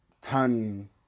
ton